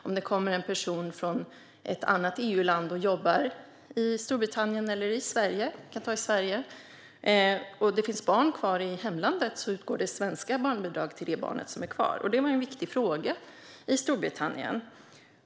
Om det kommer en person från ett annat EU-land och jobbar i Storbritannien eller i Sverige, vi kan ta i Sverige, och det finns barn kvar i hemlandet utgår det svenska barnbidrag till det barn som är kvar. Det var en viktig fråga i Storbritannien.